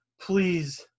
please